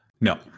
no